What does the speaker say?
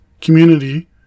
community